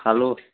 খালো